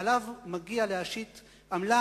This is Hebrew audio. שעליו מגיע להשית עמלה.